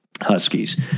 Huskies